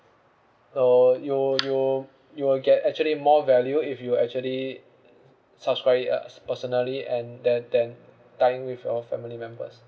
uh you you you will get actually more value if you actually subscribe it uh s~ personally and the then tying with your family members